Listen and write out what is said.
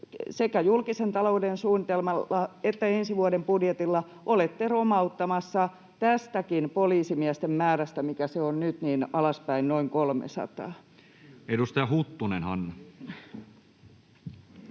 sekä julkisen talouden suunnitelmalla että ensi vuoden budjetilla olette romauttamassa tästäkin poliisimiesten määrästä, mikä se on nyt, alaspäin noin 300. [Speech 31] Speaker: